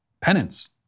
penance